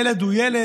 ילד הוא ילד.